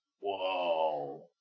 Whoa